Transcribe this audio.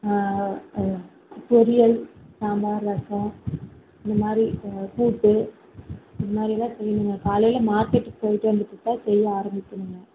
ஆஆ ஆ பொரியல் சாம்பார் ரசம் இந்தமாதிரி கூட்டு இந்தமாதிரிலாம் செய்யணுங்க காலையில் மார்க்கெட்டுக்குப் போய்விட்டு வந்துவிட்டுதான் செய்ய ஆரம்பிக்கணுங்க